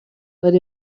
but